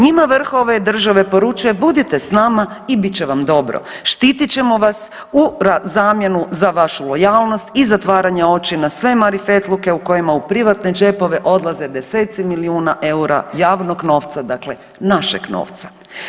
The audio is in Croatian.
Njima vrh ove države poručuje budite s nama i bit će vam dobro, štitit ćemo vas u zamjenu za vašu lojalnost i zatvaranja oči na sve marifetluke u kojima u privatne džepove odlaze deseci milijuna eura javnog novca, dakle našeg novca.